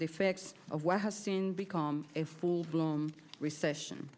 facts of what has seen become a full blown recession